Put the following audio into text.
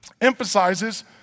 emphasizes